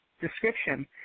description